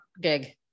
gig